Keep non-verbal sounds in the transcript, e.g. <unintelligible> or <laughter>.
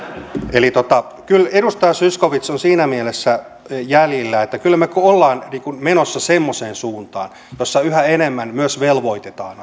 eli kyllä edustaja zyskowicz on siinä mielessä jäljillä että kyllä me olemme menossa semmoiseen suuntaan jossa yhä enemmän myös velvoitetaan <unintelligible>